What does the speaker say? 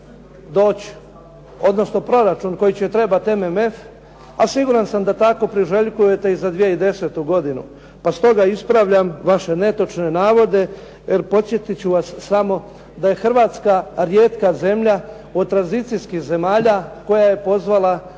doći, odnosno proračun koji će trebati MMF, a siguran sam da tako priželjkujete i za 2010. godinu. Pa stoga ispravljam vaše netočne navode, jer podsjetit ću vas samo da je Hrvatska rijetka zemlja od tranzicijskih zemalja koja je pozvala